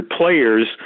players